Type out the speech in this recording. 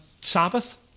Sabbath